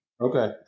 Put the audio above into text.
Okay